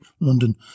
London